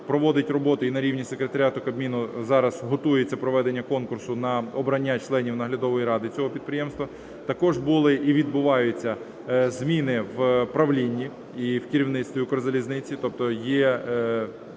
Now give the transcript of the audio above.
проводить роботу і на рівні секретаріату Кабміну, зараз готується проведення конкурсу на обрання членів наглядової ради цього підприємства. Також були і відбуваються зміни в правлінні і в керівництві Укрзалізниці. Тобто є